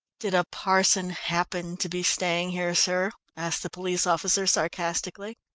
did a parson happen to be staying here, sir? asked the police officer sarcastically.